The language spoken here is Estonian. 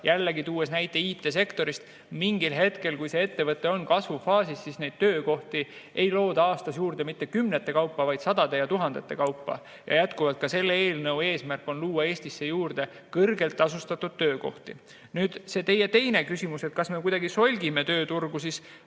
jällegi toon näite IT‑sektorist, et mingil hetkel, kui ettevõte on kasvufaasis, ei looda töökohti aastas juurde mitte kümnete kaupa, vaid sadade ja tuhandete kaupa. Ja ka selle eelnõu eesmärk on luua Eestisse juurde kõrgelt tasustatud töökohti. Nüüd, see teie teine küsimus, et kas me kuidagi solgime tööturgu.